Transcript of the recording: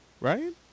Right